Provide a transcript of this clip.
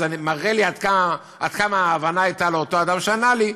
זה מראה לי איזו הבנה הייתה לאותו אדם שענה לי.